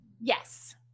Yes